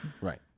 right